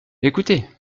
écoutez